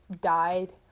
died